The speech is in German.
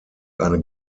eine